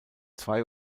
zwei